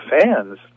Fans